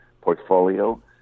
portfolio